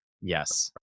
yes